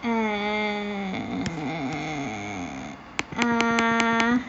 uh ah